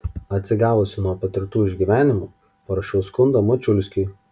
atsigavusi nuo patirtų išgyvenimų parašiau skundą mačiulskiui